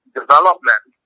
development